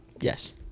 Yes